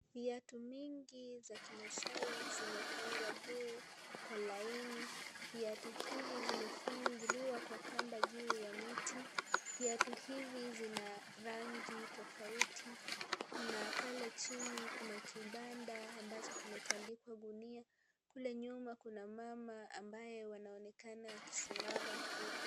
Viatu mingi za Kimaasai zimepangwa juu kwa laini, viatu hivi vimefunguliwa kwa kamba juu ya miti, viatu hivi vina rangi tofauti na pale chini kuna kibanda ambacho kimetandikwa gunia kule nyuma kuna mama ambaye anaonekana akisimama huko.